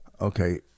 Okay